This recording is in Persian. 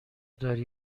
داری